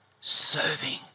serving